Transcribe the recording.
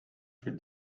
für